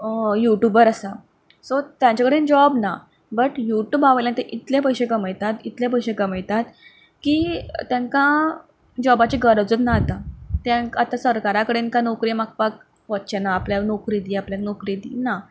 YouTuber आसा सो तांचे कडेन जॉब ना बट यूट्यूबा वयल्यान ते इतलें पयशें कमयतात इतलें पयशें कमयतात की तांकां जॉबाची गरजूच ना आता तें आता सरकारा कडेन काय नोकरी मागपाक वच्चे ना आपल्याक नोकरी दी आपल्याक नोकरी दी ना